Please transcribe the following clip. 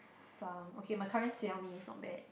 found okay my current Xiao Mi is not bad